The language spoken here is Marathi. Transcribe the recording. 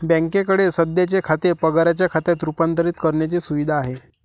बँकेकडे सध्याचे खाते पगाराच्या खात्यात रूपांतरित करण्याची सुविधा आहे